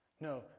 No